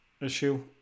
issue